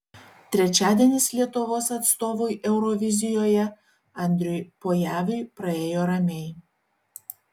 trečiadienis lietuvos atstovui eurovizijoje andriui pojaviui praėjo ramiai